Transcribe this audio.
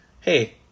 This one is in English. Hey